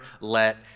let